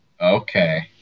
Okay